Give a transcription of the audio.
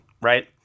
right